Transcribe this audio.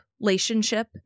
relationship